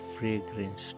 fragranced